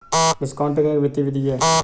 discounting एक वित्तीय विधि है